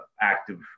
active